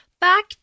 back